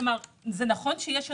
כלומר נכון שיש אנשים,